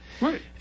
Right